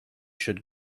should